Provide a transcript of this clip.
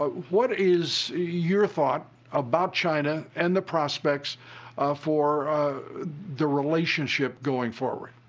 ah what is your thought about china and the prospects for the relationship going forward?